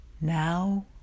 Now